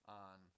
on